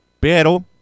Pero